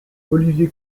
olivier